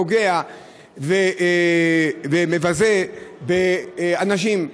פוגע ומבזה אנשים.